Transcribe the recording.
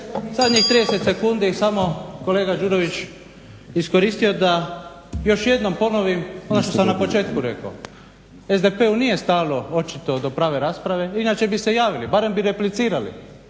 zadnjih 30 sekundi, kolega Đurović, iskoristio da još jednom ponovim ono što sam na početku rekao. SDP-u nije stalo očito do prave rasprave inače bi se javili, barem bi replicirali,